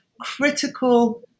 critical